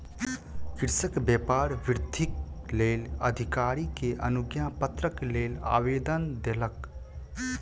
कृषक व्यापार वृद्धिक लेल अधिकारी के अनुज्ञापत्रक लेल आवेदन देलक